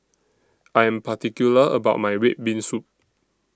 I Am particular about My Red Bean Soup